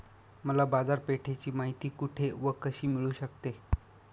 मला बाजारपेठेची माहिती कुठे व कशी मिळू शकते?